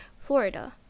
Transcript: Florida